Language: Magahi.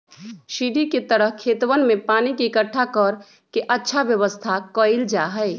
सीढ़ी के तरह खेतवन में पानी के इकट्ठा कर के अच्छा व्यवस्था कइल जाहई